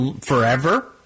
forever